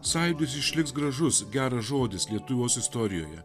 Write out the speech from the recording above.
sąjūdis išliks gražus geras žodis lietuvos istorijoje